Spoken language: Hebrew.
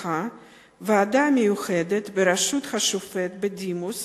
הנחייתך ועדה מיוחדת בראשות השופט בדימוס